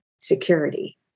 security